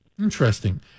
Interesting